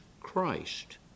Christ